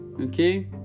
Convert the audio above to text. Okay